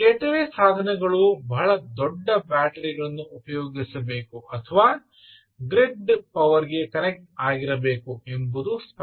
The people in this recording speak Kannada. ಗೇಟ್ವೇ ಸಾಧನಗಳು ಬಹಳ ದೊಡ್ಡ ಬ್ಯಾಟರಿಗಳನ್ನು ಉಪಯೋಗಿಸಬೇಕು ಅಥವಾ ಗ್ರಿಡ್ ಪವರ್ ಗೆ ಕನೆಕ್ಟ್ ಆಗಿರಬೇಕು ಎಂಬುದು ಸ್ಪಷ್ಟ